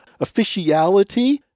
officiality